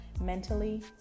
mentally